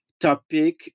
topic